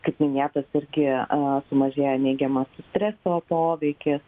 kaip minėtasis irgi sumažėja neigiamas streso poveikis